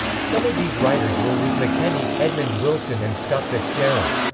some of these writers were ruth mckenney, edmund wilson and scott fitzgerald.